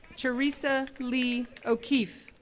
theresa lee o'keefe,